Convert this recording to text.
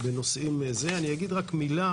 אני אגיד מילה